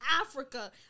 Africa